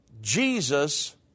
Jesus